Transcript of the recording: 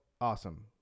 awesome